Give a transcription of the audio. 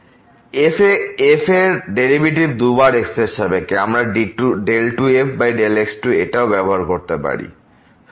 f এর derivative দুবার x এর সাপেক্ষে আমরা 2fx2 এটাও ব্যাবহার করতে পারি